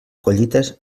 collites